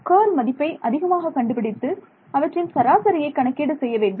curl மதிப்பை அதிகமாக கண்டுபிடித்து அவற்றின் சராசரியை கணக்கீடு செய்ய வேண்டும்